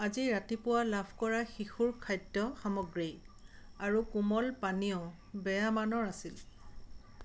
আজি ৰাতিপুৱা লাভ কৰা শিশুৰ খাদ্য সামগ্ৰী আৰু কোমল পানীয় বেয়া মানৰ আছিল